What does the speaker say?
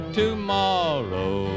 tomorrow